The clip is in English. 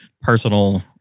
personal